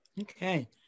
Okay